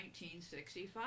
1965